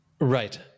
Right